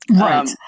Right